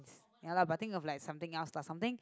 ya lah but think of like something else lah like something